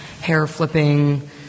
hair-flipping